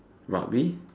rugby